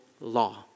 law